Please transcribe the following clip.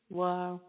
wow